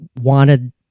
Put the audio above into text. wanted